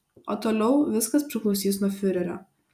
o toliau viskas priklausys nuo fiurerio